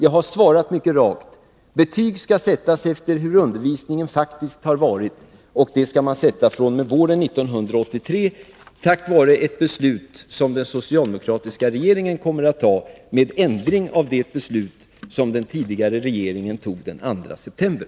Jag har svarat mycket rakt: Betyg skall sättas efter hur undervisningen faktiskt har varit, och det skall man göra fr.o.m. våren 1983 tack vare ett beslut som den socialdemokratiska regeringen kommer att fatta, med ändring av det beslut som den tidigare regeringen fattade den 2 september.